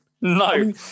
No